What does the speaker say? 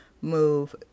move